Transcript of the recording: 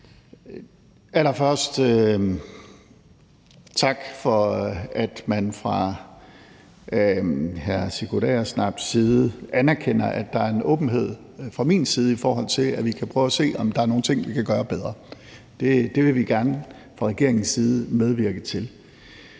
Allerførst tak for, at man fra hr. Sigurd Agersnaps side anerkender, at der er en åbenhed fra min side i forhold til, at vi kan prøve at se, om der er nogle ting, vi kan gøre bedre. Det vil vi fra regeringens side gerne medvirke til.